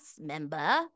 member